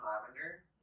lavender